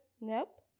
nope